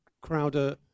Crowder